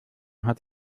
hat